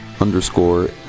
underscore